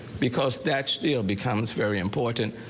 because that's still becomes very important.